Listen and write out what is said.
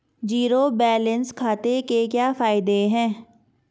Zero balance खाते के क्या फायदे हैं?